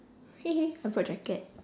he he I brought jacket